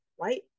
right